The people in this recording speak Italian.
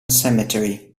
cemetery